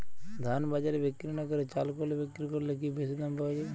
ধান বাজারে বিক্রি না করে চাল কলে বিক্রি করলে কি বেশী দাম পাওয়া যাবে?